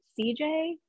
cj